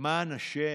למען השם,